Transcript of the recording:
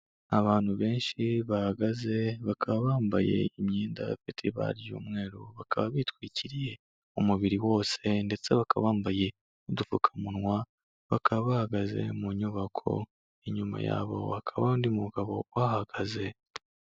Abantu benshi bahagaze, bakaba bambaye imyenda ifite ibara ry'umweru, bakaba bitwikiriye umubiri wose, ndetse bakaba bambaye udupfukamunwa, bakaba bahagaze mu nyubako, inyuma yabo hakaba hari undi mugabo uhahagaze.